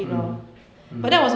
mm mm